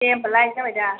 दे होमबालाय जाबायदा